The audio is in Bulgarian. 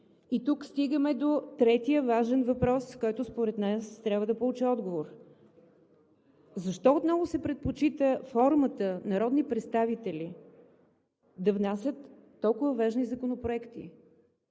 И тук стигаме до третия важен въпрос, който според нас трябва да получи отговор. Защо отново се предпочита формата народни представители да внасят толкова важни законопроекти?